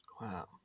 Wow